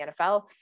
NFL